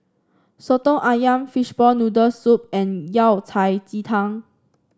Soto ayam Fishball Noodle Soup and Yao Cai Ji Tang